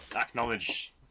acknowledge